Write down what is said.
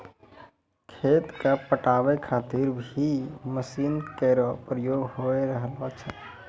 खेत क पटावै खातिर भी मसीन केरो प्रयोग होय रहलो छै